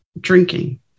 drinking